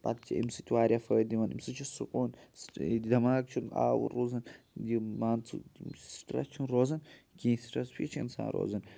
پَتہٕ چھِ امہِ سۭتۍ واریاہ فٲیِدٕ یِوان امہِ سۭتۍ چھِ سکوٗن دٮ۪ماغ چھُنہٕ آوُر روزان یہِ مان ژٕ سِٹرٛیس چھِنہٕ روزان کینٛہہ سِٹرٛیس چھُ یہِ چھُ اِنسان روزان